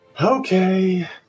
Okay